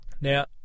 now